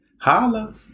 Holla